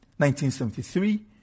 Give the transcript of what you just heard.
1973